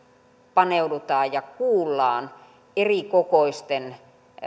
paneudutaan ja kuullaan erikokoisten